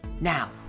Now